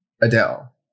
Adele